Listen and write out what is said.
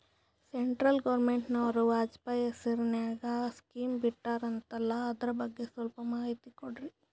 Central ಗವರ್ನಮೆಂಟನವರು ವಾಜಪೇಯಿ ಹೇಸಿರಿನಾಗ್ಯಾ scheme ಬಿಟ್ಟಾರಂತಲ್ಲ ಅದರ ಬಗ್ಗೆ ಸ್ವಲ್ಪ ಮಾಹಿತಿ ಕೊಡ್ರಿ?